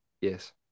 Yes